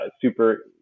super